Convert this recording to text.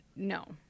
No